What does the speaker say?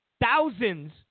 thousands